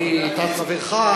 חברך,